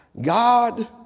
God